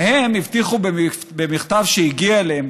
להם הבטיחו במכתב שהגיע אליהם,